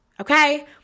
Okay